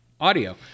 audio